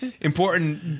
important